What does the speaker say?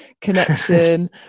connection